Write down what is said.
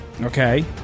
Okay